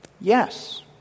Yes